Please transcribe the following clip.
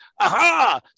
Aha